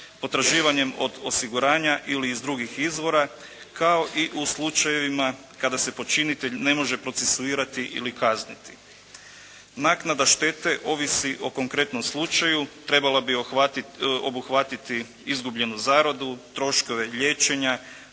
potraživanjem od osiguranja ili iz drugih izvora, kao i u slučajevima kada se počinitelj ne može procesuirati ili kazniti. Naknada štete ovisi o konkretnom slučaju, trebala bi obuhvatiti izgubljenu zaradu, troškove liječenja,